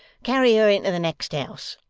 carry her into the next house